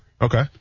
Okay